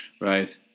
Right